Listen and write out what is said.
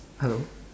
hello